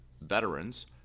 veterans